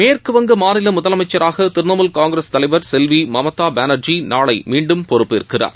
மேற்கு வங்க மாநில முதலமைச்சராக திரிணமுல் காங்கிரஸ் தலைவர் செல்வி மம்தா பானர்ஜி நாளை மீண்டும் பொறுப்பேற்கிறார்